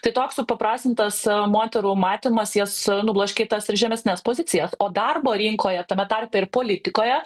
tai toks supaprastintas moterų matymas jas nubloškė į tas ir žemesnes pozicijas o darbo rinkoje tame tarpe ir politikoje